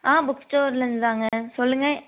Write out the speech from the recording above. ஆ book ஸ்டோர்லருந்து தாங்க சொல்லுங்கள்